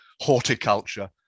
horticulture